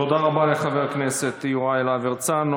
תודה רבה לחבר הכנסת יוראי להב הרצנו.